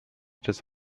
des